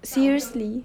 seriously